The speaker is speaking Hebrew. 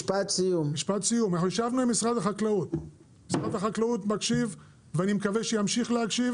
משרד החקלאות מקשיב ואני מקווה שימשיך להקשיב